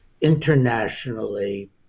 internationally